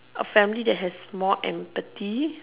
a family that has more empathy